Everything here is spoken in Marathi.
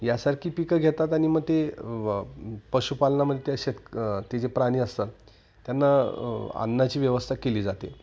यासारखी पिकं घेतात आणि मग ते पशुपालनामध्ये ते शेत ते जे प्राणी असतात त्यांना अन्नाची व्यवस्था केली जाते